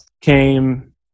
came